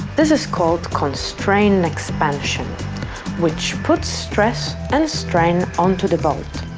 this is called constrained expansion which puts stress and strain onto the bolt.